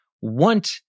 want